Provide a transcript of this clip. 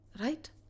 Right